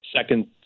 second